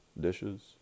dishes